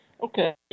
Okay